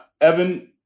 Evan